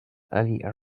ali